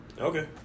Okay